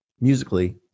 musically